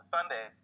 Sunday